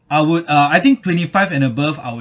I would uh I think twenty five and above I would